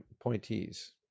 appointees